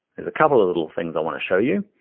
there's a couple of little things i wanna show you,